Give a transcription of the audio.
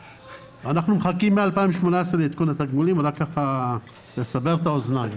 מחכים מ-2018 לעדכון התגמולים כדי לסבר את האוזן.